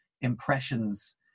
impressions